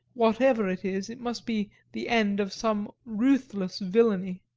whatever it is, it must be the end of some ruthless villainy.